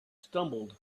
stumbled